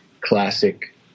classic